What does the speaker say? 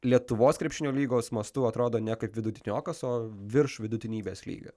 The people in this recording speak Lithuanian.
lietuvos krepšinio lygos mastu atrodo ne kaip vidutiniokas o virš vidutinybės lygio